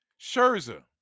Scherzer